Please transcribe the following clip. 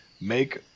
make